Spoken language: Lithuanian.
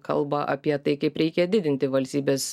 kalba apie tai kaip reikia didinti valstybės